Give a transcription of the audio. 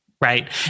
Right